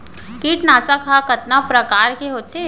कीटनाशक ह कतका प्रकार के होथे?